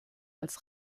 als